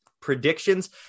predictions